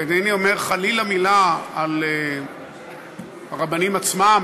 ואינני אומר חלילה מילה על הרבנים עצמם,